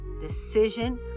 decision